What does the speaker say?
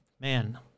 man